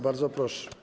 Bardzo proszę.